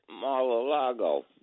Mar-a-Lago